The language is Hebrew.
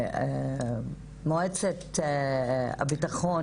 יש מועצת הביטחון.